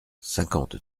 cinquante